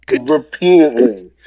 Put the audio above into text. Repeatedly